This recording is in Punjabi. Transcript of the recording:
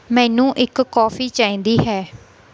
ਮੈਨੂੰ ਇੱਕ ਕੌਫੀ ਚਾਹੀਦੀ ਹੈ